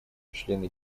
члены